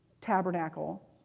tabernacle